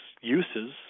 uses